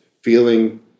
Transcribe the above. feeling